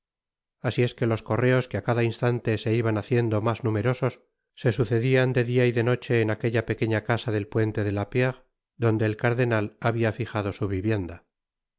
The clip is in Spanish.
asi es que los correos que á cada instante se iban haciendo mas numerosos se sucedian de dia y de noche en aquella pequeña casa del puente de la pierre donde el cardenal habia fijado su vivienda